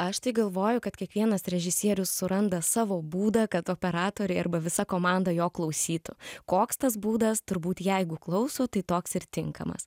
aš tai galvoju kad kiekvienas režisierius suranda savo būdą kad operatoriai arba visa komanda jo klausytų koks tas būdas turbūt jeigu klauso tai toks ir tinkamas